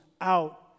out